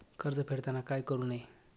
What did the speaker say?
कर्ज फेडताना काय करु नये?